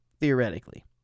Theoretically